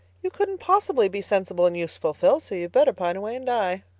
you couldn't possibly be sensible and useful, phil, so you'd better pine away and die,